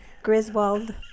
Griswold